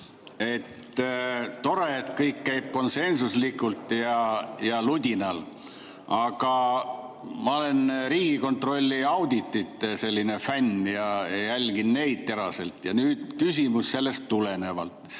Tore, et kõik käib konsensuslikult ja ludinal. Aga ma olen Riigikontrolli auditite fänn ja jälgin neid teraselt. Ja küsimus on tulenevalt